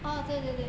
oh 对对对